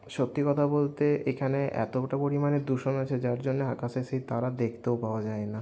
সত্যি কথা বলতে এখানে এতটা পরিমাণে দূষণ আছে যার জন্য আকাশে সেই তারা দেখতেও পাওয়া যায়না